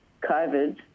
COVID